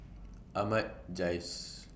Ahmad Jais